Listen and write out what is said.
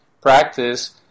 practice